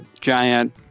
giant